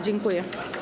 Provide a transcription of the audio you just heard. Dziękuję.